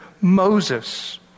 Moses